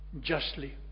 justly